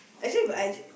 actually but actually